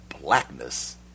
blackness